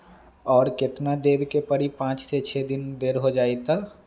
और केतना देब के परी पाँच से छे दिन देर हो जाई त?